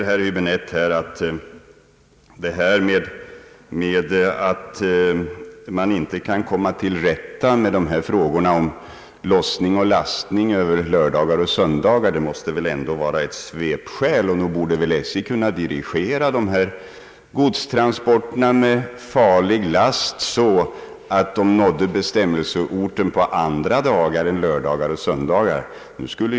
Beträffande förklaringen till förhållandet att SJ inte anser sig kunna komma till rätta med frågan om lossning och lastning av järnvägsvagnarna under löroch söndagar säger herr Häbinette att det måste röra sig om ett svepskäl. Nog borde väl SJ kunna dirigera dessa godstransporter med farlig last så att de nådde bestämmelseorten under andra dagar än löroch söndagar, menar han.